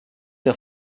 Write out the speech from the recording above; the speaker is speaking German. der